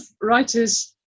writers